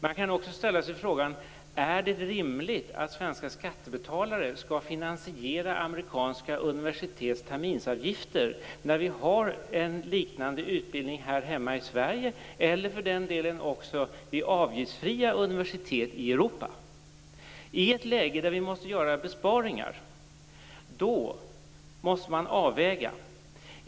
Man kan också ställa sig frågan: Är det rimligt att svenska skattebetalare skall finansiera amerikanska universitets terminsavgifter, när vi har en liknande utbildning här hemma i Sverige eller vid avgiftsfria universitet i Europa? I ett läge där vi måste göra besparingar måste man avväga detta.